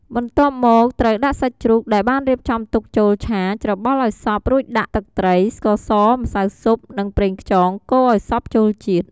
បន្ទាប់មកត្រូវដាក់សាច់ជ្រូកដែលបានរៀបចំទុកចូលឆា ច្របល់ឱ្យសព្វ រួចដាក់ ទឹកត្រី ស្ករស ម្សៅស៊ុប និងប្រេងខ្យង កូរឱ្យសព្វចូលជាតិ។